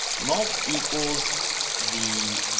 mult equals the,